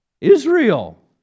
Israel